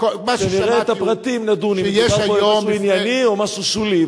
כשנראה את הפרטים נדון אם מדובר פה במשהו אופייני או במשהו שולי,